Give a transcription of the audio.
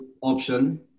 option